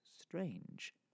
strange